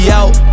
out